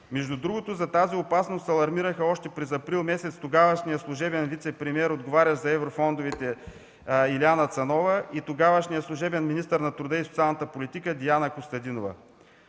Между другото, за тази опасност алармираха още през месец април тогавашният служебен вицепремиер, отговарящ за еврофондовете, Илияна Цанова и тогавашният служебен министър на труда и социалната политика Деяна Костадинова.